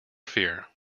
fear